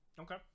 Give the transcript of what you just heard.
Okay